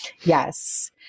Yes